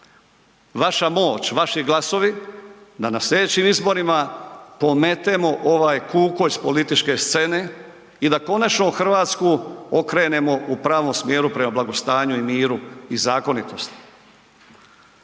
vaša moć, vaši glasovi da na sljedećim izborima pometemo ovaj kukolj s političke scene i da konačno Hrvatsku okrenemo u pravom smjeru prema blagostanju, miru i zakonitosti.